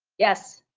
yes.